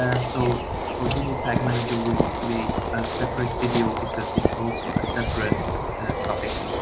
and so for google tag manager, we will create a separate video because it's also a separate topic.